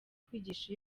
kwigisha